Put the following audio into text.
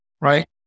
right